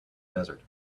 desert